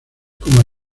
como